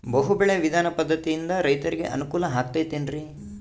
ಬಹು ಬೆಳೆ ವಿಧಾನ ಪದ್ಧತಿಯಿಂದ ರೈತರಿಗೆ ಅನುಕೂಲ ಆಗತೈತೇನ್ರಿ?